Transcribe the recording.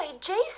Jason